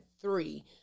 three